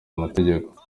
amategeko